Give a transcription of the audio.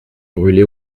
brûlé